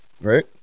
right